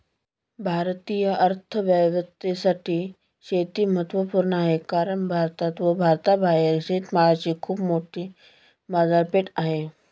भारतीय अर्थव्यवस्थेसाठी शेती महत्वपूर्ण आहे कारण भारतात व भारताबाहेर शेतमालाची खूप मोठी बाजारपेठ आहे